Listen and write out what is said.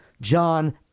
John